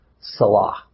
Salah